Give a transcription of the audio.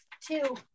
two